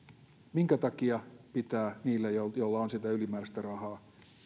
minkä takia pitää niille joilla joilla on sitä ylimääräistä rahaa